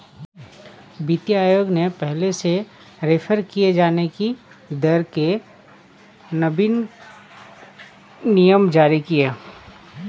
वित्तीय आयोग ने पहले से रेफेर किये जाने की दर के नवीन नियम जारी किए